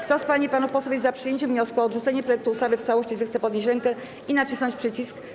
Kto z pań i panów posłów jest za przyjęciem wniosku o odrzucenie projektu ustawy w całości, zechce podnieść rękę i nacisnąć przycisk.